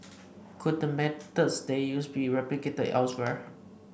could the methods they used be replicated elsewhere